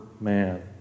man